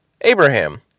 Abraham